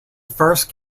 first